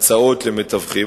הצעות למתווכים,